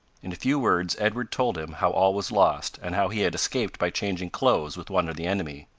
in a few words edward told him how all was lost, and how he had escaped by changing clothes with one of the enemy.